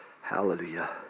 Hallelujah